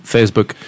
Facebook